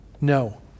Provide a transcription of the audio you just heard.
No